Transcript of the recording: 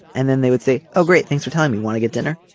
and then they would say oh great thanks for telling me what to get dinner.